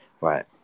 right